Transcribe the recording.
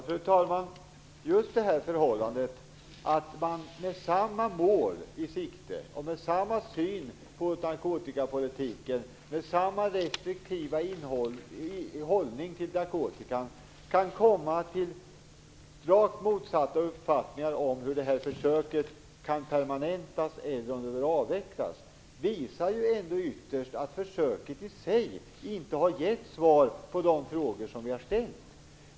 Fru talman! Just det förhållandet att man med samma mål i sikte, med samma syn på narkotikapolitiken och med samma restriktiva hållning i narkotikafrågan kan komma till rakt motsatta uppfattningar om huruvida försöket skall permanentas eller avvecklas visar ytterst att försöket i sig inte har gett svar på de frågor som vi har ställt.